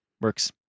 Works